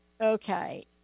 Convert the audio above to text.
okay